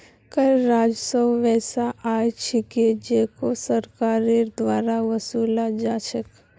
कर राजस्व वैसा आय छिके जेको सरकारेर द्वारा वसूला जा छेक